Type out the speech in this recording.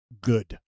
good